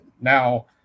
Now